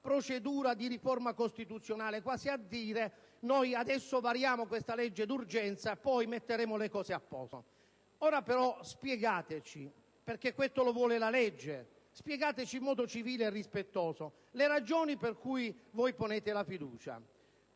successiva riforma costituzionale, quasi a dire: «Noi adesso variamo questa legge d'urgenza, poi metteremo le cose a posto». Ora però spiegateci - perché questo vuole la legge - in modo civile e rispettoso le ragioni per cui voi ponete la questione